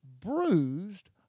Bruised